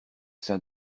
sein